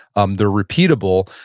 um they're repeatable.